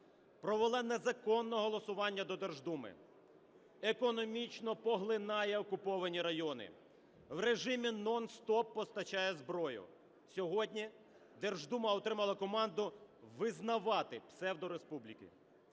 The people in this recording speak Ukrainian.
провела незаконне голосування до Держдуми, економічно поглинаючи окуповані райони, в режимі нон-стоп постачає зброю. Сьогодні Держдума отримала команду визнавати псевдореспубліки.